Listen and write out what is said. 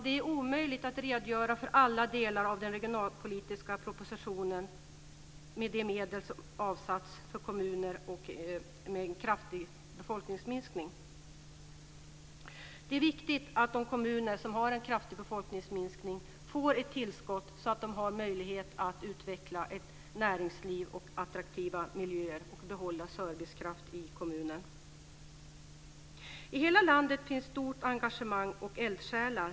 Det är omöjligt att redogöra för alla delar av den regionalpolitiska propositionen, bl.a. för de medel som avsatts för kommuner med kraftig befolkningsminskning. Det är viktigt att kommuner som har en kraftig befolkningsminskning får ett tillskott så att de har möjlighet att utveckla ett näringsliv och attraktiva miljöer och behålla servicekraft i kommunen. I hela landet finns ett stort engagemang och många eldsjälar.